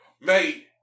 Mate